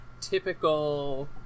typical